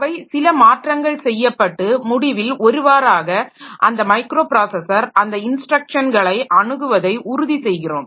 அவை சில மாற்றங்கள் செய்யப்பட்டு முடிவில் ஒருவாறாக அந்த மைக்ரோப்ராஸஸர் அந்த இன்ஸ்ட்ரக்ஷன்களை அணுகுவதை உறுதி செய்கிறோம்